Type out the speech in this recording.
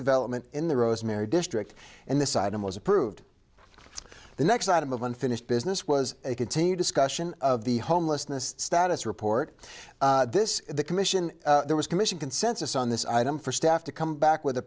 development in the rosemary district and this item was approved the next item of unfinished business was a continued discussion of the homelessness status report this the commission there was commission consensus on this item for staff to come back with